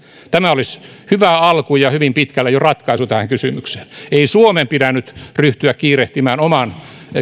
tämä olisi hyvä alku ja hyvin pitkälle jo ratkaisu tähän kysymykseen ei suomen pidä nyt ryhtyä kiirehtimään oman